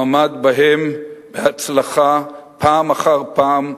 והוא עמד בהם בהצלחה פעם אחר פעם,